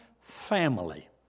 family